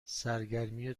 سرگرمی